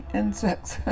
insects